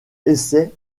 essayent